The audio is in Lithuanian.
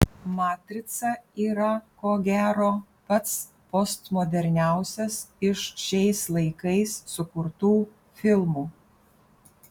matrica yra ko gero pats postmoderniausias iš šiais laikais sukurtų filmų